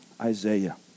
Isaiah